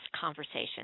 conversation